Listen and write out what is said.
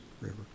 River